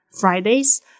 Fridays